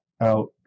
out